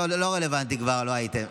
לא, זה לא רלוונטי כבר שלא הייתם.